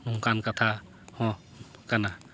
ᱱᱚᱝᱠᱟᱱ ᱠᱟᱛᱷᱟ ᱦᱚᱸ ᱠᱟᱱᱟ